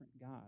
God